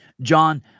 John